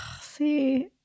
See